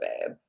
babe